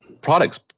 products